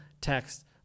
text